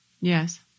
Yes